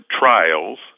trials